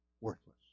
worthless